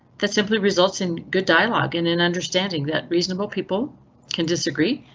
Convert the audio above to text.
that simply results in good dialogue in an understanding that reasonable people can disagree.